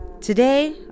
Today